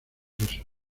empresas